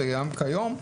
וגם כיום,